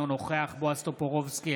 אינו נוכח בועז טופורובסקי,